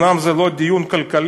אומנם זה לא דיון כלכלי,